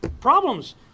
problems